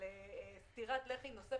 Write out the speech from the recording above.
במציאות שנוצרה יש רק תיירות פנים,